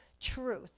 truth